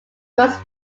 was